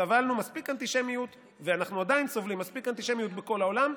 סבלנו מספיק אנטישמיות ואנחנו עדיין סובלים מספיק אנטישמיות בכל העולם.